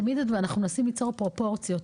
תמיד אנחנו מנסים ליצור פרופורציות,